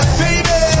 baby